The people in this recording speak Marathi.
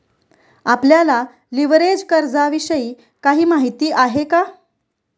आपल्याला लिव्हरेज कर्जाविषयी काही माहिती आहे का?